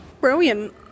Brilliant